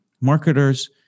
marketers